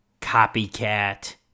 Copycat